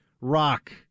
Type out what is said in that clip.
rock